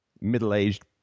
middle-aged